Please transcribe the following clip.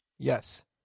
Yes